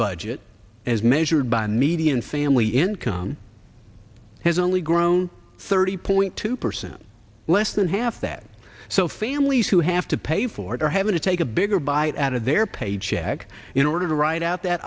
budget as measured by median family income has only grown thirty point two percent less than half that so families who have to pay for it are having to take a bigger bite out of their paycheck in order to ride out that